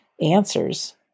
answers